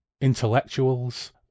intellectuals